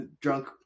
Drunk